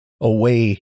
away